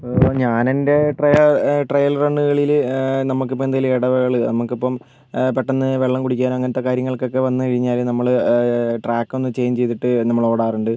ഇപ്പോൾ ഞാനെൻ്റെ trial trial റണ്ണുകളിൽ നമുക്കിപ്പം എന്തെങ്കിലും ഇടവേള നമുക്കിപ്പം പെട്ടന്ന് വെള്ളം കുടിക്കാനും അങ്ങനത്തെ കാര്യങ്ങൾക്കൊക്കെ വന്ന് കഴിഞ്ഞാൽ നമ്മൾ ട്രാക്കൊന്ന് ചെയ്ഞ്ച് ചെയ്തിട്ട് നമ്മൾ ഓടാറുണ്ട്